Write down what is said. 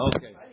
Okay